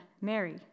Mary